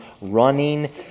running